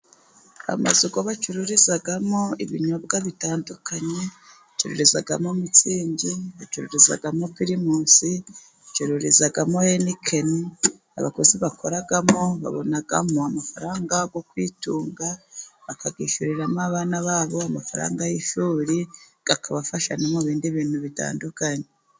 Amazu yo bacururizamo ibinyobwa bitandukanye, bacururizamo mitsingi, bacururizamo pirimusi bacururizamo henikeni; abakozi bakoramo babona amafaranga yo kwitunga, bakishyurira abana babo amafaranga y' ishuri, akabafasha no mu bindi bintu bitandukanye.